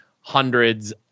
hundreds